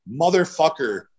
motherfucker